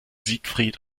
siegfried